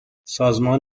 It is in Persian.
سازمان